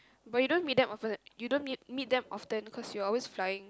but you don't meet them often you don't meet meet them often cause you're always flying